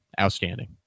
Outstanding